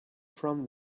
from